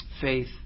faith